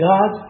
God